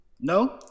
No